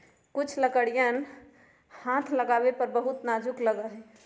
कुछ लकड़ियन हाथ लगावे पर बहुत नाजुक लगा हई